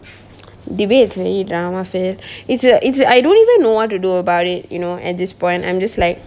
debate very drama affair it's err it's err I don't even know what to do about it you know at this point I'm just like